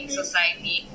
society